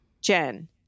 Jen